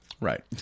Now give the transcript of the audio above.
Right